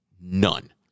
None